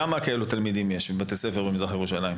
כמה כאלה תלמידים יש בבתי הספר במזרח ירושלים?